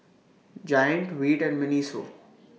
Giant Veet and Miniso